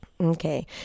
Okay